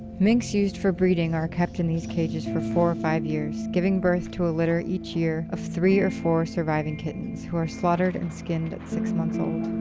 minks used for breeding are kept in these cages for four to five years, giving birth to a litter each year of three or four surviving kittens, who are slaughtered and skinned at six months old.